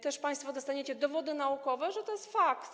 Też państwo dostaniecie dowody naukowe, że to jest fakt.